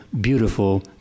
beautiful